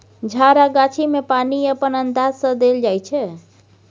झार आ गाछी मे पानि अपन अंदाज सँ देल जाइ छै